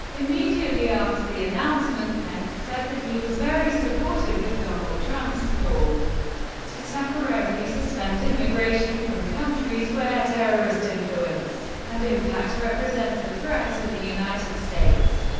immediately after the announcement, pence said that he was very supportive of donald trump's call to temporarily suspend immigration from countries where terrorist influence and impact represents a threat to the united states.